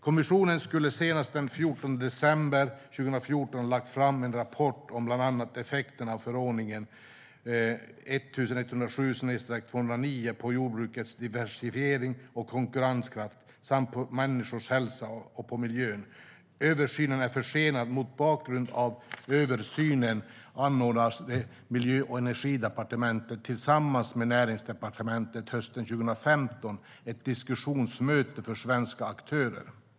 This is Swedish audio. Kommissionen skulle senast den 14 december 2014 ha lagt fram en rapport om bland annat effekterna av förordningen 1107/2009 på jordbrukets diversifiering och konkurrenskraft samt på människors hälsa och på miljön. Översynen är försenad. Mot bakgrund av översynen anordnade Miljö och energidepartementet tillsammans med Näringsdepartementet hösten 2015 ett diskussionsmöte för svenska aktörer.